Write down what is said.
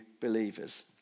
believers